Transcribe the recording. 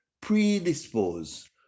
predispose